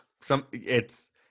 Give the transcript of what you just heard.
Some—it's